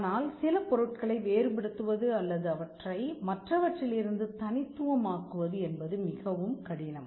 ஆனால் சில பொருட்களை வேறுபடுத்துவது அல்லது அவற்றை மற்றவற்றிலிருந்து தனித்துவமாக்குவது என்பது மிகவும் கடினம்